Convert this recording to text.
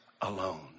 alone